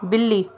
بلی